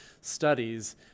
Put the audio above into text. studies